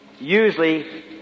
usually